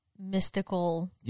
Mystical